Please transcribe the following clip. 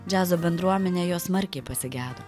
džiazo bendruomenė jo smarkiai pasigedo